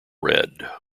red